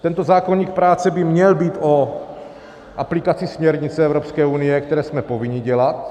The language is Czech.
Tento zákoník práce by měl být o aplikace směrnic Evropské unie, které jsme povinni dělat.